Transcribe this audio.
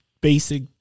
basic